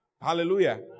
Hallelujah